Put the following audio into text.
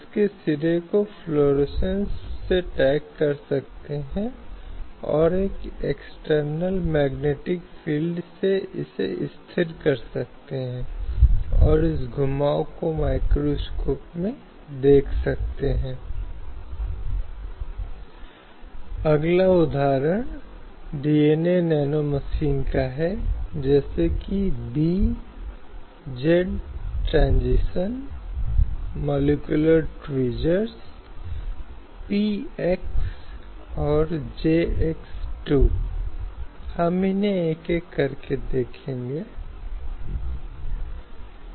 क्योंकि नागरिक संहिता या समान नागरिक संहिता नागरिक कानूनों के आवेदन में एकरूपता के संदर्भ में और नागरिक कानूनों के आवेदन विवाह उत्तराधिकार गोद लेने तलाक रखरखाव के संदर्भ में बोलती है आदि अब भारत में अगर हम जानते हैं कि इन पहलुओं में से प्रत्येक में जो पार्टी के व्यक्तिगत कानून से संबंधित हैं तो हम अपने व्यक्तिगत कानूनों द्वारा नियंत्रित होते हैं